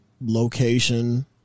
location